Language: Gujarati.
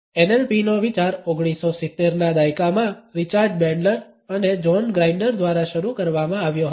NLPનો વિચાર 1970 ના દાયકામાં રિચાર્ડ બેન્ડલર અને જ્હોન ગ્રાઇન્ડર દ્વારા શરૂ કરવામાં આવ્યો હતો